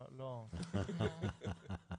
מה שאני מתכוונת להגיד שגם האנשים שמולם יש קושי